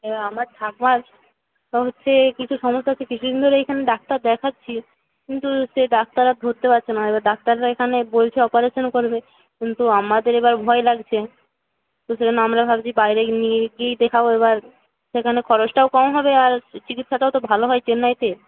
এবার আমার ঠাকুমার হচ্ছে কিছু সমস্যা হচ্ছে কিছু দিন ধরেই এখানে ডাক্তার দেখাচ্ছি কিন্তু সে ডাক্তার আর ধরতে পারছে না এবার ডাক্তাররা এখানে বলছে অপারেশান করবে কিন্তু আমাদের এবার ভয় লাগছে তো সেজন্য আমরা ভাবছি বাইরে নিয়ে গিয়েই দেখাবো এবার সেখানে খরচটাও কম হবে আর চিকিৎসাটাও তো ভালো হয় চেন্নাইতে